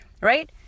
right